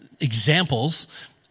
examples